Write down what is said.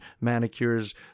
manicures